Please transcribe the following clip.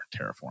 Terraform